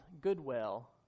goodwill